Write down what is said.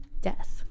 Death